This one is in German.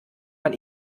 man